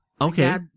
Okay